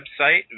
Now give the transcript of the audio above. website